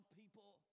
people